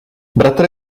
bratr